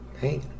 hey